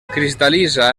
cristal·litza